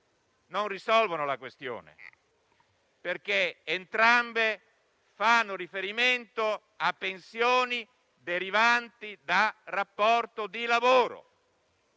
non risolvono la questione, perché entrambe fanno riferimento a pensioni derivanti da rapporto di lavoro,